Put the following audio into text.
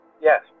Yes